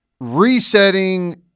resetting